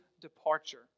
departure